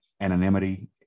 anonymity